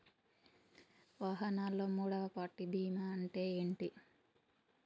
వాహనాల్లో మూడవ పార్టీ బీమా అంటే ఏంటి?